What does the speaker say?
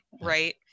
right